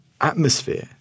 Atmosphere